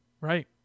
Right